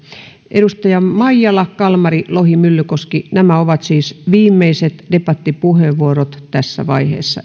edustajat maijala kalmari lohi myllykoski nämä ovat siis viimeiset debattipuheenvuorot tässä vaiheessa